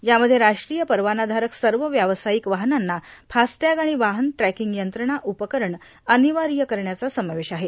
यामध्ये राष्ट्रीय परवानायारक सर्व व्यावसायिक वाहनांना फास्टेंग आणि वाहन ट्रॅकिंग यंत्रणा उपकरण अनिवार्य करण्याचा समावेश आहे